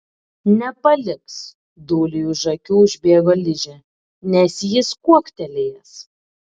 nepaliks dūliui už akių užbėgo ližė nes jis kuoktelėjęs